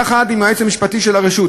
יחד עם היועץ המשפטי של הרשות,